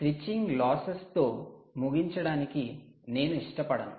switching losses తో ముగించడానికి నేను ఇష్టపడను